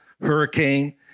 hurricane